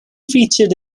featured